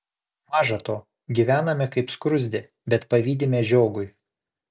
maža to gyvename kaip skruzdė bet pavydime žiogui